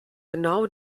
genau